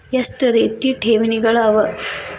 ಎಷ್ಟ ರೇತಿ ಠೇವಣಿಗಳ ಅವ?